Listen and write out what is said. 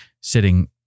sitting